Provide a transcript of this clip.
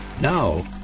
Now